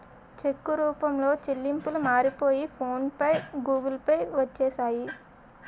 చెక్కు రూపంలో చెల్లింపులు మారిపోయి ఫోన్ పే గూగుల్ పే వచ్చేసాయి